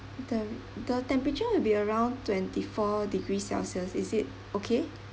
the the temperature will be around twenty four degrees celsius is it okay